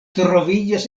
troviĝas